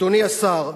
אדוני השר,